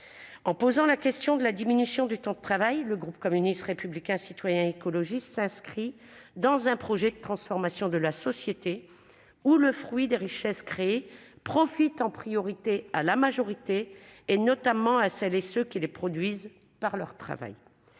En posant la question de la diminution du temps de travail, le groupe communiste républicain citoyen et écologiste s'inscrit dans un projet de transformation de la société où le fruit des richesses créées profiterait en priorité au plus grand nombre, et notamment à celles et à ceux qui les produisent par leur travail.